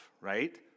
right